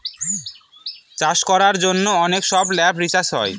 চাষ করার জন্য অনেক সব ল্যাবে রিসার্চ হয়